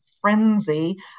frenzy